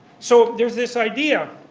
so there's this idea,